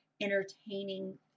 entertaining